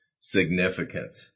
significance